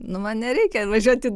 nu man nereikia važiuot į